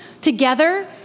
together